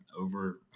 over